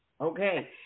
okay